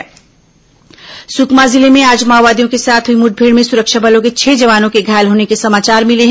माओवादी मुठभेड सुकमा जिले में आज माओवादियों के साथ हुई मुठभेड़ में सुरक्षा बलों के छह जवानों के घायल होने के समाचार मिले हैं